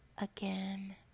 again